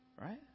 Right